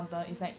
mm mm